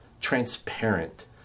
transparent